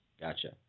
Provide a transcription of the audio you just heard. Gotcha